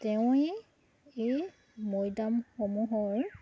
তেঁৱে এই মৈদামসমূহৰ